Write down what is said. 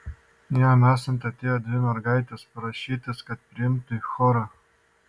jam esant atėjo dvi mergaitės prašytis kad priimtų į chorą